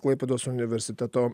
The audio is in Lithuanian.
klaipėdos universiteto